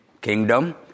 kingdom